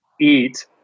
eat